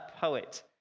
poet